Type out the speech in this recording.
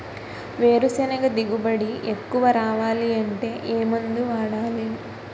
వేరుసెనగ దిగుబడి ఎక్కువ రావాలి అంటే ఏ మందు వాడాలి?